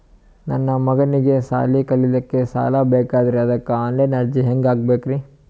ನನ್ನ ಮಗನಿಗಿ ಸಾಲಿ ಕಲಿಲಕ್ಕ ಸಾಲ ಬೇಕಾಗ್ಯದ್ರಿ ಅದಕ್ಕ ಆನ್ ಲೈನ್ ಅರ್ಜಿ ಹೆಂಗ ಹಾಕಬೇಕ್ರಿ?